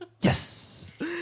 Yes